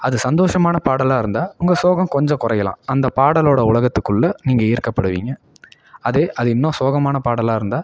அது சந்தோஷமான பாடலாக இருந்தால் உங்கள் சோகம் கொஞ்சம் குறையலாம் அந்த பாடலோடய உலகத்துக்குள்ளே நீங்கள் ஈர்க்கப்படுவீங்க அதே அது இன்னும் சோகமான பாடலாக இருந்தால்